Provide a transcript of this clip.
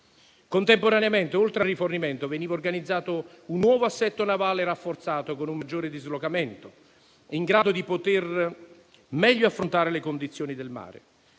Contemporaneamente, oltre al rifornimento, veniva organizzato un nuovo assetto navale rafforzato con un maggiore dislocamento, in grado di poter meglio affrontare le condizioni del mare.